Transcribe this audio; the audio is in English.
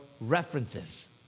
references